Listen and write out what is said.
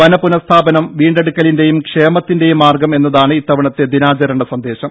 വനപുനസ്ഥാപനം വീണ്ടെടുക്കലിന്റെയും ക്ഷേമത്തിന്റെയും മാർഗം എന്നതാണ് ഇത്തവണത്തെ ദിനാചരണ സന്ദേശം